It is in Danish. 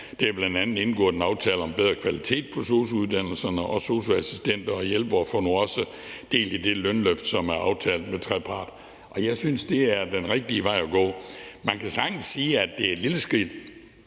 er bl.a. indgået en aftale om bedre kvalitet på sosu-uddannelserne, og sosu-assistenter og -hjælpere får nu også del i det lønløft, som er aftalt ved trepart. Jeg synes, det er den rigtige vej at gå. Man kan sagtens sige, at det er et lille skridt,